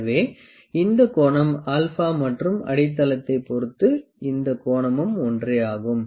எனவே இந்த கோணம் α மற்றும் அடித்தளத்தை பொறுத்து இந்த கோணமும் ஒன்றே ஆகும்